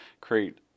create